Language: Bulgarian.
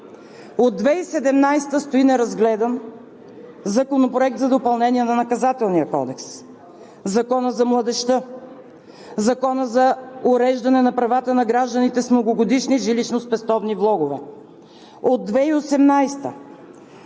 От 2017 г. стои неразгледан Законопроект за допълнение на Наказателния кодекс, Законът за младежта, Законът за уреждане на правата на гражданите с многогодишни жилищно-спестовни влогове. От 2018